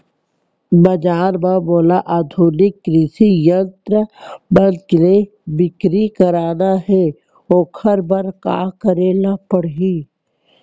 बजार म मोला आधुनिक कृषि यंत्र मन के बिक्री करना हे ओखर बर का करे ल पड़ही?